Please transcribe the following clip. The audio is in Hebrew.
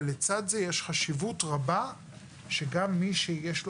אבל לצד זה יש חשיבות רבה שגם מי שיש לו